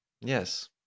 Yes